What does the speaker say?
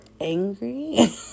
angry